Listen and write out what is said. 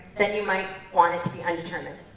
then you might want it to be undetermined.